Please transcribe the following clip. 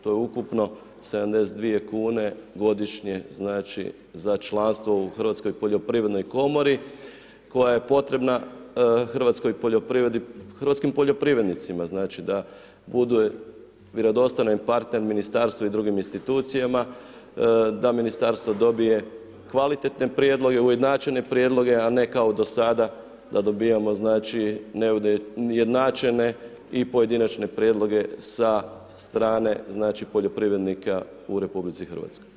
To je ukupno 72 kune godišnje za članstvo u Hrvatskoj poljoprivrednoj komori koje je potrebna hrvatskoj poljoprivredi, hrvatskim poljoprivrednicima znači, da bude vjerodostojan partner Ministarstvu i drugim institucijama, da Ministarstvo dobije kvalitetne prijedloge, ujednačene prijedloge, a ne kao do sada da dobijamo znači, neujednačene i pojedinačne prijedloge sa strane poljoprivrednika u RH.